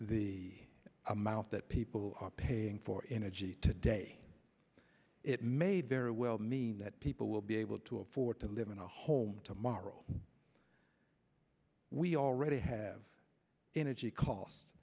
the amount that people are paying for energy today it may very well mean that people will be able to afford to live in a home tomorrow we already have energy costs